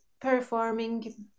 performing